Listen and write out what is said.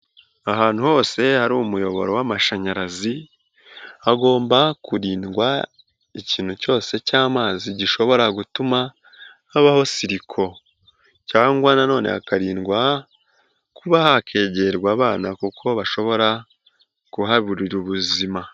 Ahantu hose hari umuyoboro w'amashanyarazi, hagomba kurindwa ikintu cyose cy'amazi gishobora gutuma habaho siriko, cyangwa nanone hakarindwa kuba hakegerwa abana, kuko bashobora kuhaburira ubuzima.